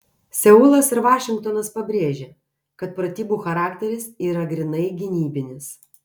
seulas ir vašingtonas pabrėžė kad pratybų charakteris yra grynai gynybinis